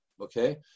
okay